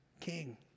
King